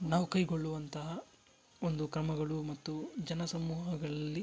ನಾವು ಕೈಗೊಳ್ಳುವಂತಹ ಒಂದು ಕ್ರಮಗಳು ಮತ್ತು ಜನ ಸಮೂಹಗಳಲ್ಲಿ